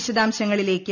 വിശദാംശങ്ങളിലേയ്ക്ക്